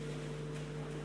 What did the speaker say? מאולם